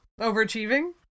overachieving